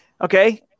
Okay